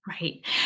Right